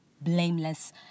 blameless